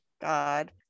God